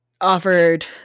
offered